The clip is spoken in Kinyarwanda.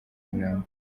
nyamirambo